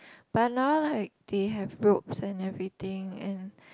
but now like they have ropes and everything and